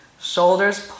Shoulders